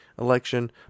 election